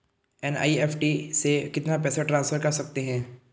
NEFT से कितना पैसा ट्रांसफर कर सकते हैं?